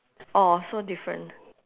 orh so different